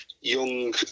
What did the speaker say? young